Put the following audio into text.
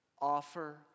Offer